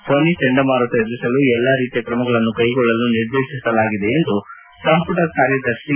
ಫನಿ ಚಂಡಮಾರುತ ಎದುರಿಸಲು ಎಲ್ಲ ರೀತಿಯ ಕ್ರಮಗಳನ್ನು ಕೈಗೊಳ್ಳಲು ನಿರ್ದೇಶಿಸಲಾಗಿದೆ ಎಂದು ಸಂಪುಟ ಕಾರ್ಯದರ್ಶಿ ಪಿ